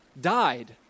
died